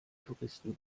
touristen